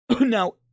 Now